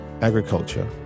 agriculture